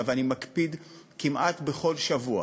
אני מקפיד כמעט בכל שבוע.